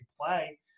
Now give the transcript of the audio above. play